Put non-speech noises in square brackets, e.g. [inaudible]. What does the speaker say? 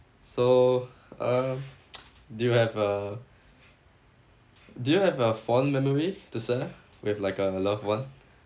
so uh [noise] do you have a do you have a fond memory to share with like a loved one